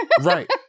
Right